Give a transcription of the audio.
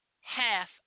half